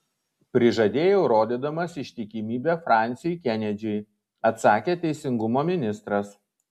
prižadėjau rodydamas ištikimybę fransiui kenedžiui atsakė teisingumo ministras